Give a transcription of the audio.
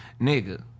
Nigga